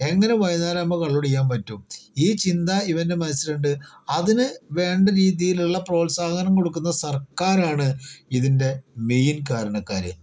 എങ്ങനെ വൈകുന്നേരമാവുമ്പോൾ കള്ളുകുടിക്കാൻ പറ്റും ഈ ചിന്ത ഇവൻ്റെ മനസ്സിലുണ്ട് അതിന് വേണ്ട രീതിയിലുള്ള പ്രോത്സാഹനം കൊടുക്കുന്ന സർക്കാരാണ് ഇതിൻ്റെ മെയിൻ കാരണക്കാർ